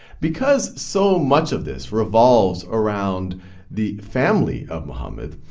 because so much of this revolves around the family of muhammad,